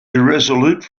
irresolute